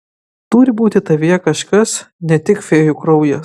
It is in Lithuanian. turi būti tavyje kažkas ne tik fėjų kraujas